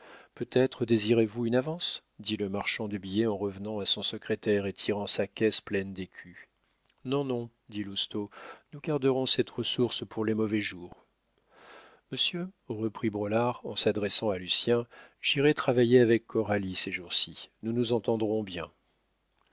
peut-être désirez-vous une avance dit le marchand de billets en revenant à son secrétaire et tirant sa caisse pleine d'écus non non dit lousteau nous garderons cette ressource pour les mauvais jours monsieur reprit braulard en s'adressant à lucien j'irai travailler avec coralie ces jours-ci nous nous entendrons bien